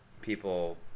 people